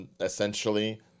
Essentially